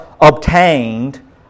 obtained